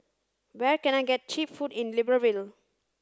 where can I get cheap food in Libreville